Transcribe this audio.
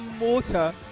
water